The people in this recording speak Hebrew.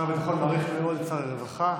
שר הביטחון מעריך מאוד את שר הרווחה,